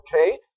okay